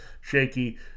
shaky